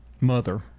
mother